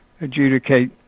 adjudicate